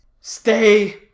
stay